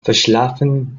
verschlafen